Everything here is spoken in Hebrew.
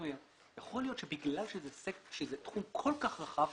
יכול להיות שבגלל שזה תחום כל כך רחב,